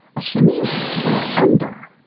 a chemise is to wear under.